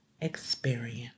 experience